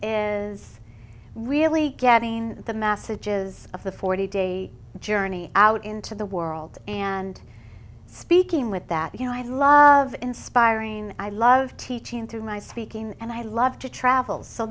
is really getting the masses of the forty day journey out into the world and speaking with that you know i love inspiring i love teaching to my speaking and i love to travel so